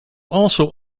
also